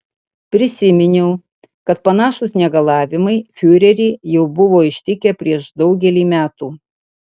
prisiminiau kad panašūs negalavimai fiurerį jau buvo ištikę prieš daugelį metų